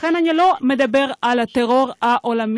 לכן אני לא מדבר על הטרור העולמי.